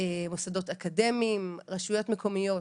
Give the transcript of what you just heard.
מוסדות אקדמיים, רשויות מקומיות,